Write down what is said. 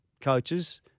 coaches